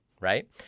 Right